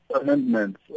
amendments